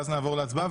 ואז נעבור להצבעה,